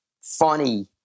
funny